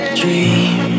dream